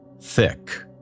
thick